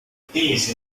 peace